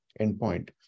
endpoint